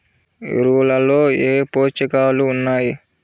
ఎరువులలో ఏ పోషకాలు ఉన్నాయి?